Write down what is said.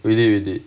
we did we did